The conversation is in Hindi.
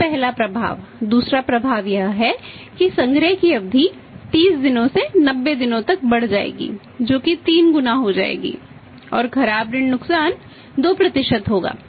यह पहला प्रभाव दूसरा प्रभाव यह है कि संग्रह की अवधि 30 दिनों से 90 दिनों तक बढ़ जाएगी जो कि 3 गुना हो जाएगी और खराब ऋण नुकसान 2 होगा